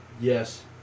Yes